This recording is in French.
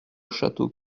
château